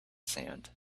sand